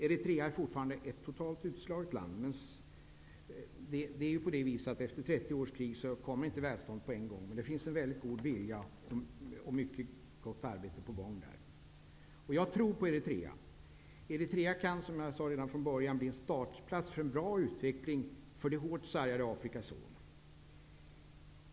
Eritrea är fortfarande ett totalt utslaget land. Efter 30 års krig kommer inte välståndet på en gång. Det finns en mycket god vilja och mycket gott arbete är på gång. Jag tror på Eritrea. Eritrea kan, som jag sade redan från början, bli en startplats för en bra utveckling för det hårt sargade Afrikas horn.